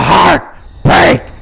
Heartbreak